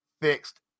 fixed